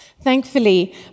Thankfully